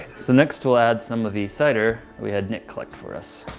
so next we'll add some of the cider we had nick collect for us